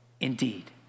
indeed